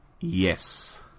Yes